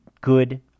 good